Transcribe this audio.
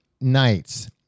nights